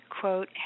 quote